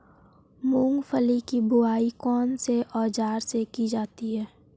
मूंगफली की बुआई कौनसे औज़ार से की जाती है?